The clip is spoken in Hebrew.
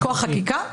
מכוח חקיקה?